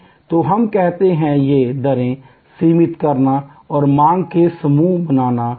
तो हम कहते हैं यह दरें सिमित करना और मांग के समूह बनाना है